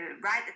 right